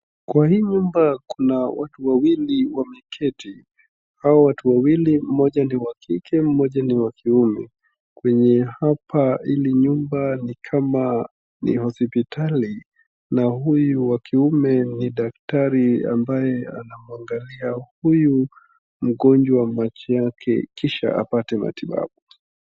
Kwa hii nyumba kuna watu wawili wameketi ,hawa watu wawili mmjoja niwa kike mmoja ni wa kiume ,kwenye hapa hili nyumba ni kama ni hospitali na uyu wa kiume ni daktari ambaye anamwangalia huyu mgonjwa macho yake kisha apate matibabu.